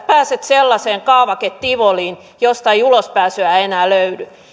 pääset sellaiseen kaavaketivoliin josta ei ulospääsyä enää löydy